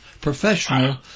Professional